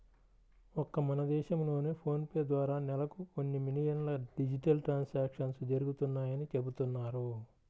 ఒక్క మన దేశంలోనే ఫోన్ పే ద్వారా నెలకు కొన్ని మిలియన్ల డిజిటల్ ట్రాన్సాక్షన్స్ జరుగుతున్నాయని చెబుతున్నారు